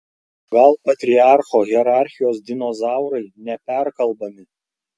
o gal patriarcho hierarchijos dinozaurai neperkalbami